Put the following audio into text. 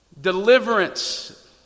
Deliverance